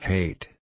Hate